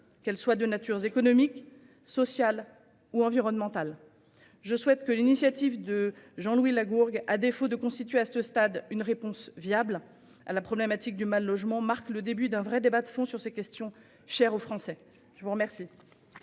qu'elles soient de nature économique, sociale, ou environnementale. Je souhaite que l'initiative de Jean-Louis Lagourgue, à défaut de constituer à ce stade une réponse viable à la problématique du mal-logement, marque le début d'un vrai débat de fond sur ces questions chères aux Français. La parole